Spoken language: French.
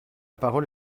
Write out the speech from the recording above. parole